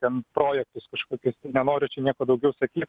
ten projektus kažkokius tai nenoriu čia nieko daugiau sakyt